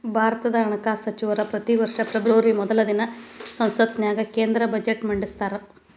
ಭಾರತದ ಹಣಕಾಸ ಸಚಿವರ ಪ್ರತಿ ವರ್ಷ ಫೆಬ್ರವರಿ ಮೊದಲ ದಿನ ಸಂಸತ್ತಿನ್ಯಾಗ ಕೇಂದ್ರ ಬಜೆಟ್ನ ಮಂಡಿಸ್ತಾರ